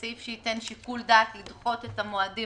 סעיף שייתן שיקול דעת לדחות את המועדים